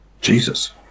Jesus